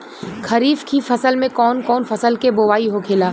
खरीफ की फसल में कौन कौन फसल के बोवाई होखेला?